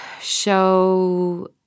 show